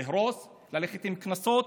להרוס, ללכת עם קנסות,